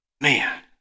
Man